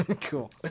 Cool